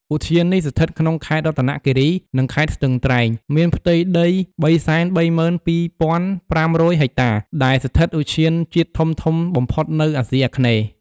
ឧទ្យាននេះស្ថិតក្នុង ខេត្តរតនគិរី និងខេត្តស្ទឹងត្រែងមានផ្ទៃដី៣៣២,៥០០ហិចតាដែលស្ថិតឧទ្យានជាតិធំៗបំផុតនៅអាស៊ីអាគ្នេយ៍។